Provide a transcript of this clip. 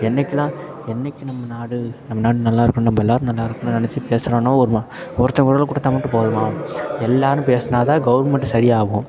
என்றைக்கு நான் என்றைக்கு நம்ம நாடு நம் நாடு நல்லா இருக்கணும் நம்ம எல்லாேரும் நல்லா இருக்கணும் நினச்சி பேசுகிறானோ ஒருவன் ஒருத்தன் குரலை கொடுத்தா மட்டும் போதுமா எல்லாேரும் பேசுனால் தான் கவர்மெண்ட்டு சரி ஆகும்